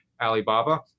alibaba